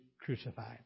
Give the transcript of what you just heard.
crucified